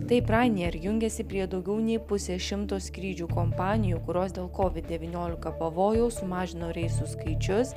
taip ryanair jungiasi prie daugiau nei pusės šimto skrydžių kompanijų kurios dėl kovid devyniolika pavojaus sumažino reisų skaičius